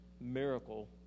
miracle